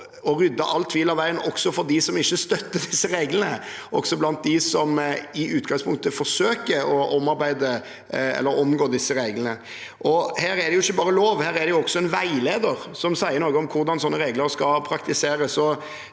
og rydde all tvil av veien, også for dem som ikke støtter disse reglene, og blant dem som i utgangspunktet forsøker å omarbeide eller omgå disse reglene. Her er det ikke bare en lov, her er det også en veileder som sier noe om hvordan sånne regler skal praktiseres.